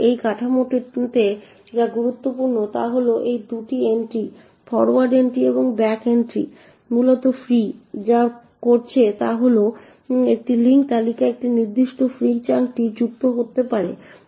তাই এই কাঠামোতে যা গুরুত্বপূর্ণ তা হল এই 2টি এন্ট্রি ফরোয়ার্ড এন্ট্রি এবং ব্যাক এন্ট্রি মূলত ফ্রি যা করছে তা হল এটি একটি লিঙ্ক তালিকায় এই নির্দিষ্ট ফ্রি চাঙ্কটিকে যুক্ত করতে পারে